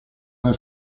nel